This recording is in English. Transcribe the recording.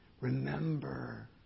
Remember